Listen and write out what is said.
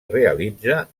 realitza